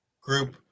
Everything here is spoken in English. group